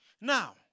Now